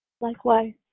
Likewise